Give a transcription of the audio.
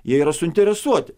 jie yra suinteresuoti